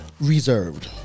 reserved